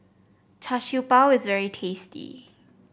Char Siew Bao is very tasty